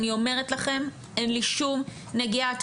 אני אומרת לכם אין לי שום נגיעה.